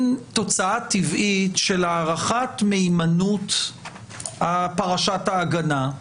תוצאה טבעית של הערכת מהימנות פרשת ההגנה,